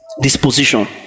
disposition